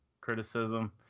criticism